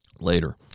later